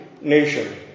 nation